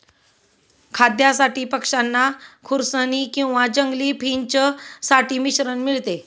खाद्यासाठी पक्षांना खुरसनी किंवा जंगली फिंच साठी मिश्रण मिळते